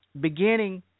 beginning